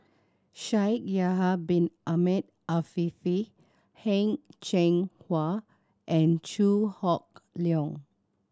Shaikh Yahya Bin Ahmed Afifi Heng Cheng Hwa and Chew Hock Leong